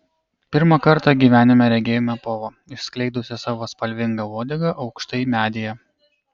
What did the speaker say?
pirmą kartą gyvenime regėjome povą išskleidusį savo spalvingą uodegą aukštai medyje